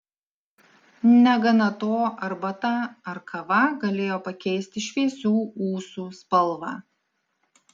negana to arbata ar kava galėjo pakeisti šviesių ūsų spalvą